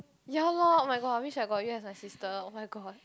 ya loh oh-my-god I wish I got you as a sister oh-my-god